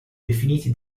definiti